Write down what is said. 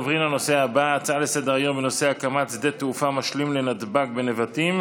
נעבור להצעות לסדר-היום בנושא: הקמת שדה תעופה משלים לנתב"ג בנבטים,